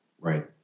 Right